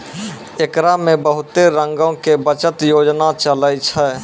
एकरा मे बहुते रंगो के बचत योजना चलै छै